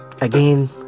again